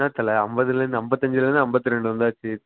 என்ன தலை அம்பதுலேருந்து ஐம்பத்து அஞ்சிலேருந்து ஐம்பத்து ரெண்டு வந்தாச்சு